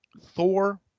Thor